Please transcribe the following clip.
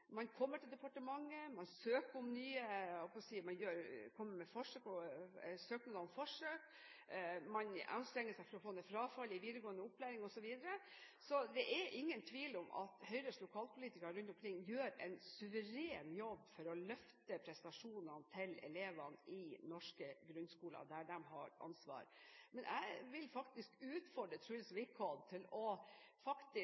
man seg maksimalt i kommuner og i fylker. Man kommer til departementet, man kommer med søknader om forsøk og man anstrenger seg for å få ned frafallet i videregående opplæring osv. Så det er ingen tvil om at Høyres lokalpolitikere rundt omkring gjør en suveren jobb for å løfte prestasjonene til elevene i norske grunnskoler der de har ansvar. Men jeg vil utfordre Truls